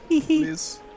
Please